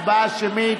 הצבעה שמית.